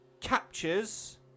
captures